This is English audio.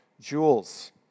jewels